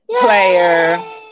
player